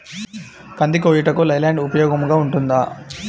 కంది కోయుటకు లై ల్యాండ్ ఉపయోగముగా ఉంటుందా?